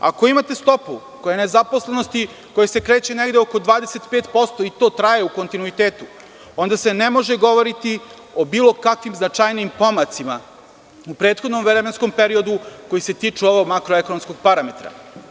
Ako imate stopu nezaposlenosti koja se kreće oko 25% i to traje u kontinuitetu, onda se ne može govoriti o bilo kakvim značajnijim pomacima u prethodnom vremenskom periodu koji se tiču ovog makro ekonomskog parametra.